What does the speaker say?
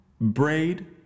braid